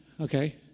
okay